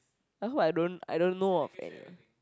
I hope I don't I don't know of uh